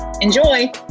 Enjoy